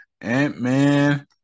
Ant-Man